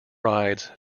rides